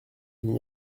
n’y